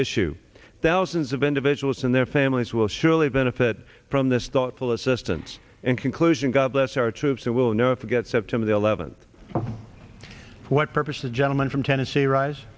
issue thousands of individuals and their families will surely benefit from this thoughtful assistance and conclusion god bless our troops who will never forget september the eleventh what purpose the gentleman from tennessee rise